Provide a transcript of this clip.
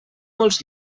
molts